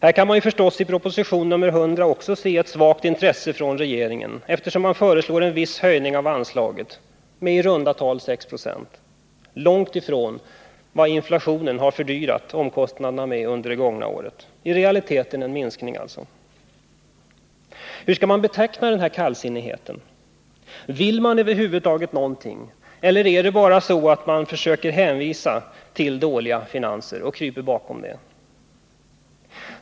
Här kan man ju förstås i proposition nr 100 se ett vagt intresse från regeringen, eftersom man föreslår en viss höjning av anslaget, med i runda tal 6 96 — långt ifrån vad inflationen har höjt omkostnaderna med under det gångna året, dvs. i realiteten en minskning. Hur skall man beteckna denna kallsinnighet? Vill man över huvud taget någonting, eller är det bara så att man föredrar att hänvisa till dåliga finanser och krypa bakom det?